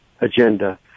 agenda